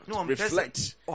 reflect